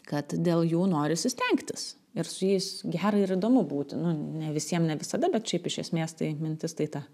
kad dėl jų norisi stengtis ir su jais gera ir įdomu būti nu ne visiem ne visada bet šiaip iš esmės tai mintis tai ta